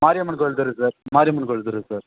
மாரியம்மன் கோவில் தெரு சார் மாரியம்மன் கோவில் தெரு சார்